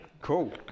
Cool